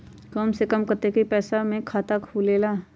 कम से कम कतेइक पैसा में खाता खुलेला?